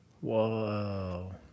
Whoa